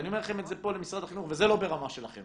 ואני אומר לכם את זה פה למשרד החינוך וזה לא ברמה שלכם,